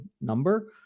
number